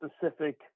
specific